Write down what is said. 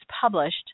published